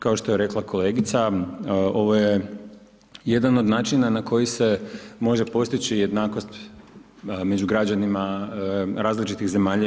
Kao što je rekla kolegica ovo je jedan od načina na koji se može postići jednakost među građanima različitih zemalja EU.